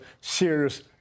serious